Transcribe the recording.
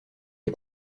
est